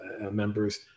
members